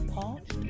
parched